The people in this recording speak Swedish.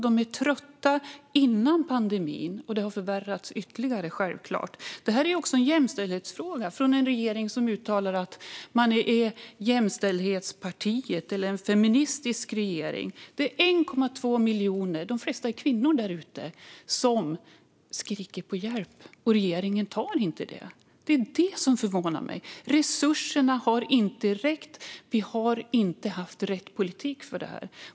De var trötta före pandemin, och detta har självfallet förvärrats ytterligare. Detta är en jämställdhetsfråga, från en regering där man uttalar att man är ett jämställdhetsparti eller en feministisk regering. Det är 1,2 miljoner där ute, de flesta kvinnor, som skriker på hjälp, men regeringen gör inget. Det är detta som förvånar mig. Resurserna har inte räckt, och vi har inte haft rätt politik för detta.